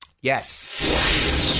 Yes